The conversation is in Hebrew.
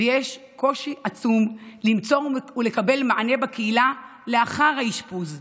ויש קושי עצום למצוא ולקבל מענה בקהילה לאחר האשפוז.